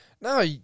No